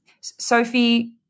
Sophie